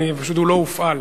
פשוט, הוא לא הופעל.